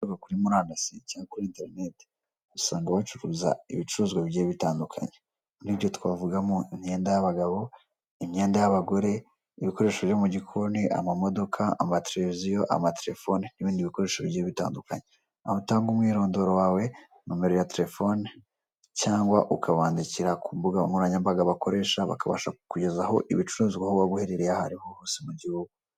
Haba kuri murandasi cyangwa kuri interineti, usanga bacuruza ibicuruzwa bigiye bitandukanye. Muri ibyo twavugamo imyenda y'abagabo, imyenda y'abagore, ibikoresho byo mu gikoni, amamodoka, amateleviziyo, amaterefoni n'ibindi bikoresho bigiye bitandukanye. Aho utanga umwirondoro wawe, nomero ya telefoni cyangwa ukabandikira ku mbuga nkoranyambaga bakoresha bakabasha ku kugezaho ibicuruzwa aho waba uherereye ahariho hose mu gihugu.